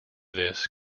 this